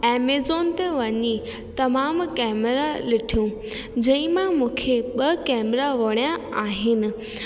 Amazon ते वञी तमामु कैमरा ॾिठियूं जंहिं मां मूंखे ॿ कैमरा वणिया आहिनि